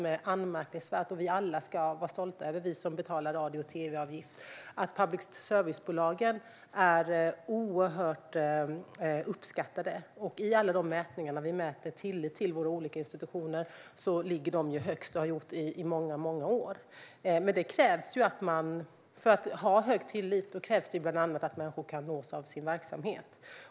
Det är anmärkningsvärt, och något som alla som betalar radio och tv-avgift ska vara stolta över. När vi mäter tillit till våra olika institutioner ligger de högst och har gjort det i många år. För att de ska ha hög tillit krävs det bland annat att människor kan nås av verksamheten.